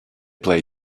play